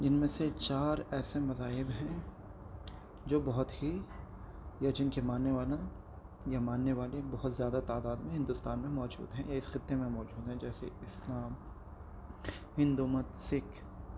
جن میں سے چار ایسے مذاہب ہیں جو بہت ہی یا جن کے ماننے والا یا ماننے والے بہت زیادہ تعداد میں ہندوستان میں موجود ہیں یا اس خطے میں موجود ہیں جیسے اسلام ہندو مت سکھ